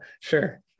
Sure